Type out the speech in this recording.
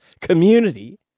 community